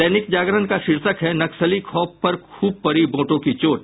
दैनिक जागरण का शीर्षक है नक्सली खौफ पर खूब पड़ी वोट की चोट